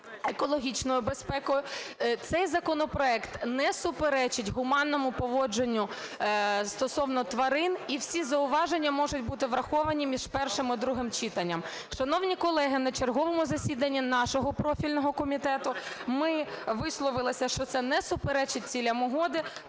екологічною безпекою. Цей законопроект не суперечить гуманному поводженню стосовно тварин. І всі зауваження можуть бути враховані між першим і другим читанням. Шановні колеги, на черговому засіданні нашого профільного комітету, ми висловилися, що це не суперечить цілям Угоди.